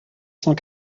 cent